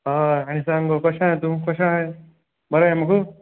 हय आनी सांग गो कशें आसा तूं कशें आसा बरें आसा मुगो